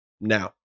now